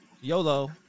Yolo